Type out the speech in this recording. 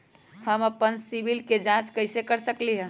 हम अपन सिबिल के जाँच कइसे कर सकली ह?